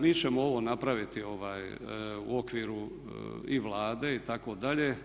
Mi ćemo ovo napraviti u okviru i Vlade itd.